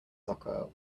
soccer